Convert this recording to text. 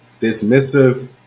Dismissive